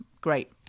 great